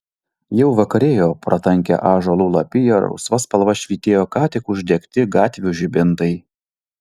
jau vakarėjo pro tankią ąžuolų lapiją rausva spalva švytėjo ką tik uždegti gatvių žibintai